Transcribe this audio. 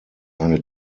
eine